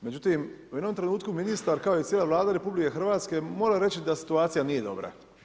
Međutim, u jednom trenutku ministar kao i cijela Vlada RH mora reći da situacija nije dobra.